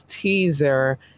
teaser